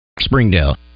Springdale